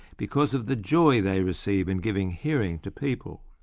because of the joy they receive in giving hearing to people.